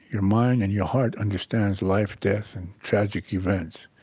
your mind, and your heart understand life, death, and tragic events,